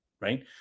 right